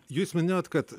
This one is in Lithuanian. jūs minėjot kad